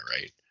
right